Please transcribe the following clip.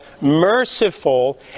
merciful